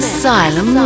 Asylum